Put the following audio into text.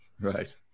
Right